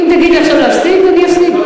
אם תגיד לי עכשיו להפסיק, אני אפסיק.